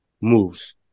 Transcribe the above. moves